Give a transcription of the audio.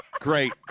Great